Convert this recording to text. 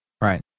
Right